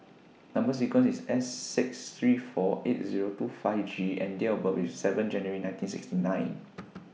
Number sequence IS S six three four eight Zero two five G and Date of birth IS seven January nineteen sixty nine